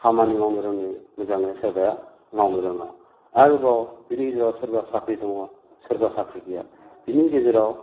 खामानि मावनो रोङो मोजाङै सोरबाया मावनो रोङा आरोबाव बेनि गेजेराव सोरबा साख्रि दङ सोरबा साख्रि गैया बेनि गेजेराव